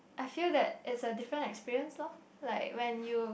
I feel that is a different experience lor like when you